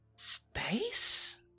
Space